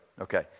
Okay